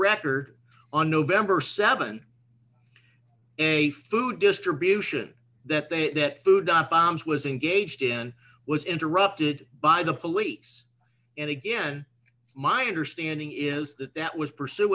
record on november th a food distribution that they that food not bombs was engaged in was interrupted by the police and again my understanding is that that was pursu